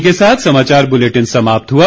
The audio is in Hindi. इसी के साथ ये समाचार बुलेटिन समाप्त हुआ